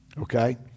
Okay